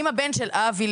אם הבן של אבי,